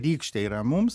rykštė yra mums